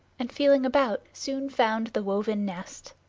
and feeling about soon found the woven nest.